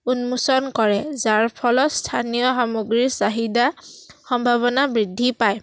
উন্মোচন কৰে যাৰ ফলত স্থানীয় সামগ্ৰীৰ চাহিদা সম্ভাৱনা বৃদ্ধি পায়